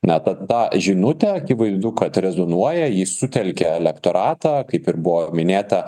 na vat ta žinutė akivaizdu kad rezonuoja jis sutelkia elektoratą kaip ir buvo minėta